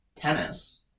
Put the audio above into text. tennis